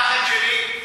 הפחד שלי,